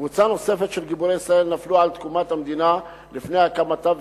קבוצה נוספת של גיבורי ישראל נפלו על תקומת המדינה לפני הקמתה,